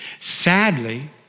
Sadly